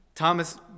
Thomas